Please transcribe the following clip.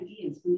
ideas